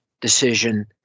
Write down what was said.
decision